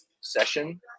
session